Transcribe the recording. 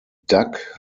duck